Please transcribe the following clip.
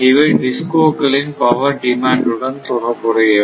இவை DISCO க்களின் power demand உடன் தொடர்புடையவை